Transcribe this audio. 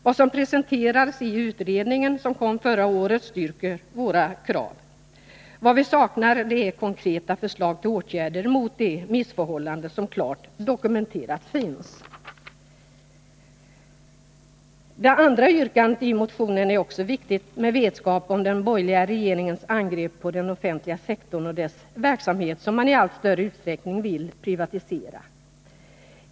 Det som presenterades i utredningen som kom förra året styrker våra krav. Vad vi saknar är konkreta förslag till åtgärder mot de missförhållanden som klart dokumenterats finns. Det andra yrkandet i motionen är också viktigt med vetskap om den borgerliga regeringens angrepp på den offentliga sektorn och dess verksamhet som man i allt större utsträckning vill privatisera.